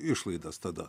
išlaidas tada